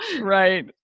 right